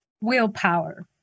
willpower